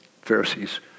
Pharisees